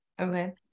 Okay